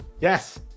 Yes